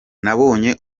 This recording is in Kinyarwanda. nabonye